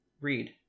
read